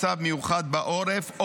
מצב מיוחד בעורף,